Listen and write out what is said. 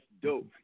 dope